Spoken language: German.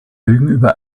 über